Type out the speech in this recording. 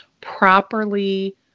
properly